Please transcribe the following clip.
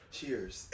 Cheers